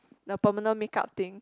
the permanent makeup thing